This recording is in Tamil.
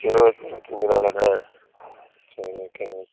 சரி ஓகே இருபத்தஞ்சு நாளாண்ணா சரி ஓகேண்ணா